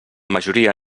majoria